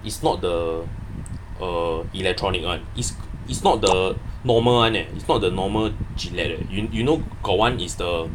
it's not the uh electronic [one] its it's not the normal [one] eh it's not the normal Gillette eh you you know got one is the